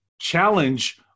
challenge